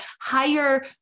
higher